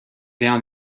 down